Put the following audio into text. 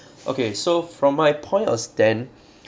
okay so from my point of stand